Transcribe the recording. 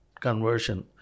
conversion